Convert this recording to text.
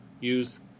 use